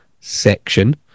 section